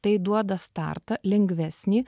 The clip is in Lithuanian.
tai duoda startą lengvesnį